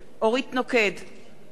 נגד לאה נס,